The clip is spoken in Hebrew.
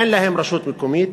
אין להם רשות מקומית.